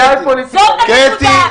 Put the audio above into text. זאת הנקודה.